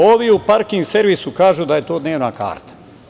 Ovi u parking servisu kažu da je to dnevna karta.